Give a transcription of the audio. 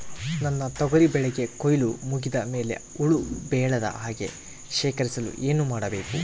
ನನ್ನ ತೊಗರಿ ಬೆಳೆಗೆ ಕೊಯ್ಲು ಮುಗಿದ ಮೇಲೆ ಹುಳು ಬೇಳದ ಹಾಗೆ ಶೇಖರಿಸಲು ಏನು ಮಾಡಬೇಕು?